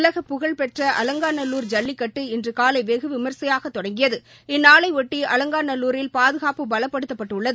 உலக புகழ்பெற்ற அலங்காநல்லூரர் ஜல்லிக்கட்டு இன்றுகாலைவெகுவிமர்சையாகத் தொடங்கியது இந்நாளையொட்டி அலங்காநல்லூரில் பாதுகாப்பு பலப்படுத்தப்பட்டுஉள்ளது